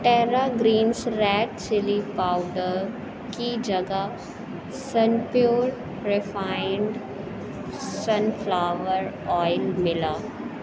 tera Greens red chilli powder کی جگہ sun pure refined sunflower oil ملا